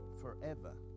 forever